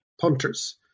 punters